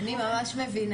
ואני מזמינה